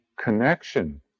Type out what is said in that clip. connection